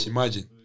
Imagine